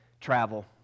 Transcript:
travel